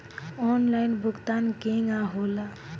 Online भुगतान केगा होला?